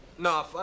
No